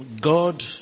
God